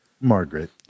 Margaret